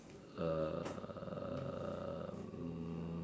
um